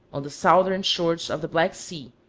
on the southern shores of the black sea,